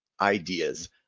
ideas